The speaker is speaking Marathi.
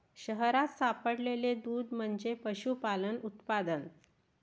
शहरात सापडलेले दूध म्हणजे पशुपालन उत्पादन